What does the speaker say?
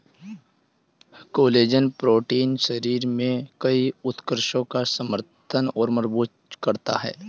collagen protein शरीर में कई ऊतकों का समर्थन और मजबूत करता है